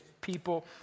people